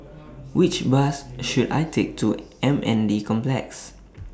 Which Bus should I Take to M N D Complex